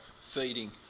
feeding